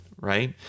Right